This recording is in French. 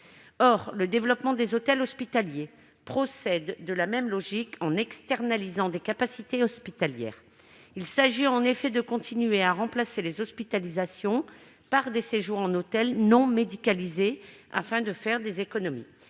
Or le développement des hôtels hospitaliers procède de la même logique, par l'externalisation de capacités hospitalières. Il s'agit en effet de continuer à remplacer les hospitalisations par des séjours en hôtels non médicalisés, afin de réaliser des économies.